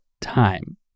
time